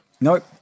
Nope